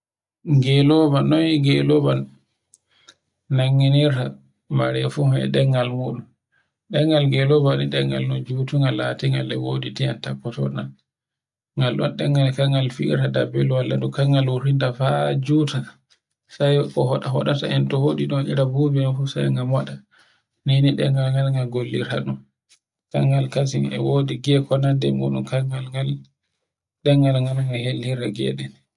Geloba, noy geloba nanginirta marefu e ɗemgal mun. ɗengal geloba woni ɗengal no jutunga latingal e wodi diyam taffotoɗam. Ngal ɗon ɗengal kangal fi'irta kangal wurtinta fa jutan sai ko hoɗa hoɗata en to hoɗi ɗon iri bubi sai nga moɗa. Nini ɗengal ngal ngal gollirta ɗum. ɗengal kasim e gi'e ko nodde e muɗum kangal ngal, ɗangal ngal hellirta gi'eɗen.